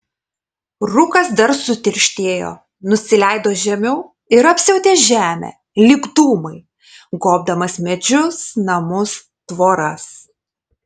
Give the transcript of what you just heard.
rūkas dar sutirštėjo nusileido žemiau ir apsiautė žemę lyg dūmai gobdamas medžius namus tvoras